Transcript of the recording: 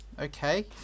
Okay